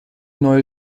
neue